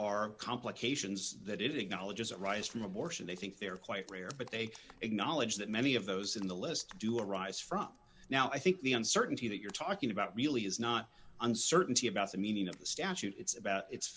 are complications that it acknowledges arise from abortion they think they're quite rare but they acknowledge that many of those in the list do arise from now i think the uncertainty that you're talking about really is not uncertainty about the meaning of the statute it's about it's